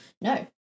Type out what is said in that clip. No